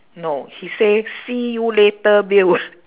no he say see you later bill